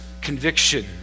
conviction